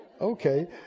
okay